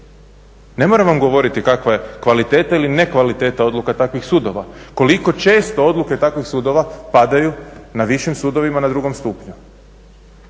Ne moram vam govoriti kakva je kvaliteta ili nekvaliteta odluka takvih sudova, koliko često odluke takvih sudova padaju na višim sudovima na drugom stupnju.